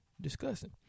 discussing